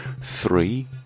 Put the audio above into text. Three